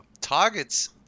targets